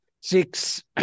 six